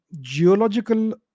geological